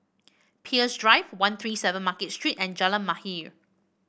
Peirce Drive One Three Seven Market Street and Jalan Mahir